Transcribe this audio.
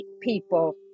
people